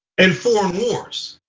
and foreign wars.